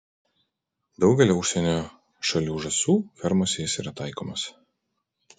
daugelio užsienio šalių žąsų fermose jis yra taikomas